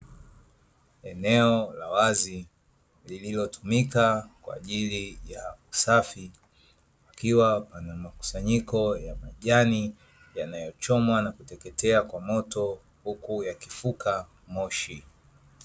Eneo la wazi lililotumika kwa ajili ya usafi, kukiwa kuna makusanyiko ya majani yanayochomwa na kuteketea kwa moto, huku yakifuka moshi.